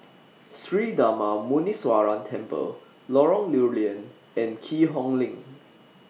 Sri Darma Muneeswaran Temple Lorong Lew Lian and Keat Hong LINK